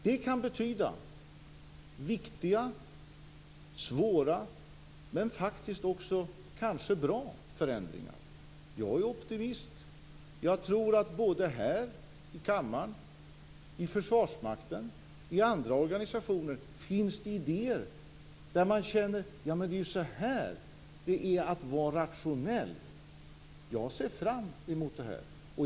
Det kan betyda viktiga och svåra men kanske också bra förändringar. Jag är optimist. Jag tror att det här i kammaren, i Försvarsmakten och i andra organisationer finns idéer. Man känner: Det är så här det är att vara rationell. Jag ser fram emot detta.